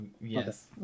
yes